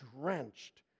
drenched